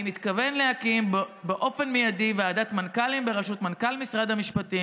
אני מתכוון להקים באופן מיידי ועדת מנכ"לים בראשות מנכ"ל משרד המשפטים,